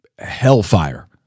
hellfire